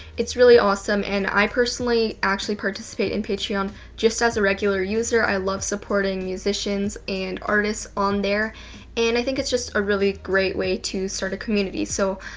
its really awesome and i personally actually participate in patron just as a regular user. i love supporting musicians and artists on there and i think its just a really great way to start a community. so,